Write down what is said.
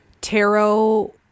tarot